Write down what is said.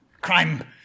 crime